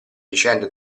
vicende